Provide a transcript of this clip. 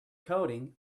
coding